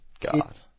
God